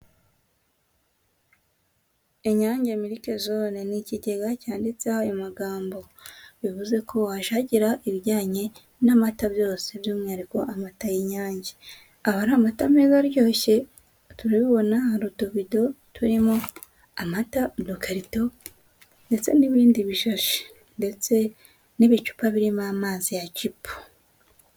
Inyange milike zone ni ikigega cyanditseho ayo magambo, bivuze ko wahashakira ibijyanye n'amata byose by'umwihariko amata y'inyange, aba ari amata meza aryoshye, turabibona hari utovido turimo amata, udokarito ndetse n'ibindi bishashi ndetse n'ibicupa birimo amazi ya jibu.